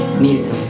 Milton